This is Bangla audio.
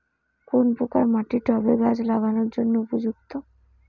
কোন প্রকার মাটি টবে গাছ লাগানোর জন্য উপযুক্ত?